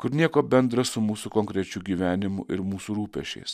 kur nieko bendra su mūsų konkrečiu gyvenimu ir mūsų rūpesčiais